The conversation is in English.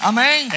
Amen